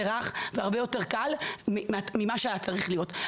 רך והרבה יותר קל ממה שהיה צריך להיות.